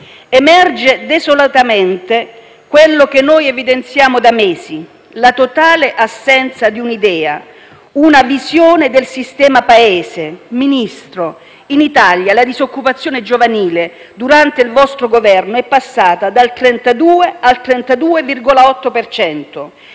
Emerge desolatamente quello che noi evidenziamo da mesi: la totale assenza di un'idea, una visione del sistema Paese. Ministro, in Italia la disoccupazione giovanile durante il vostro Governo è passata dal 32 al 32,8